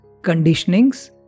conditionings